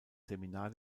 seminar